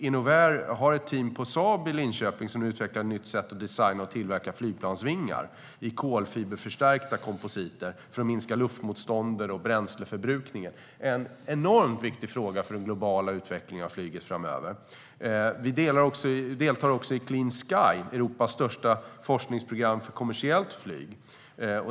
Innoware har ett team på Saab i Linköping som nu utvecklar ett nytt sätt att designa och tillverka flygplansvingar i kolfiberförstärkta kompositer för att minska luftmotstånd och bränsleförbrukningen. Det är en enormt viktig fråga för den globala utvecklingen av flyget framöver. Vi deltar också i Clean Sky, Europas största forskningsprogram för kommersiellt flyg.